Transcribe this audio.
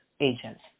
agents